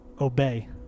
obey